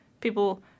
People